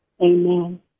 Amen